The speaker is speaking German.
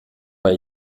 bei